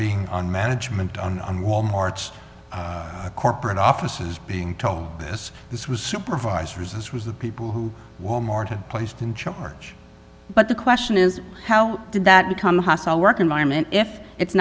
being on management on walmart's corporate offices being told this this was supervisors this was the people who wal mart had placed in charge but the question is how did that become hostile work environment if it's